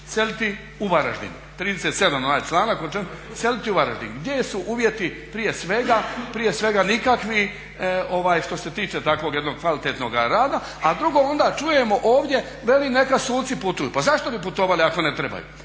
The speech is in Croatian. i sedam onaj članak o čem, seliti u Varaždin gdje su uvjeti prije svega nikakvi što se tiče takvog jednog kvalitetnoga rada. A drugo, onda čujemo ovdje veli neka suci putuju. Pa zašto bi putovali ako ne trebaju?